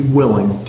willing